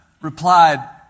replied